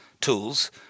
tools